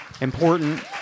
important